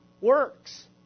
works